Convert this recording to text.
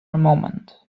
moment